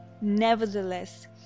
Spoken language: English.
nevertheless